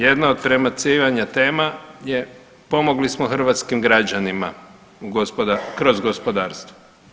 Jedna od prebacivanja tema je pomogli smo hrvatskim građanima kroz gospodarstvo.